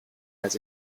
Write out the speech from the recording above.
has